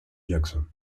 jackson